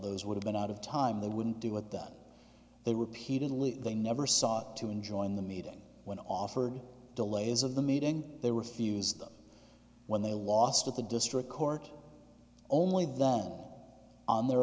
those would have been out of time they wouldn't deal with that they repeatedly they never sought to enjoin the meeting when offered delays of the meeting they refused them when they lost at the district court only that on their